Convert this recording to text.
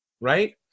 right